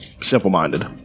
simple-minded